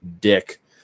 dick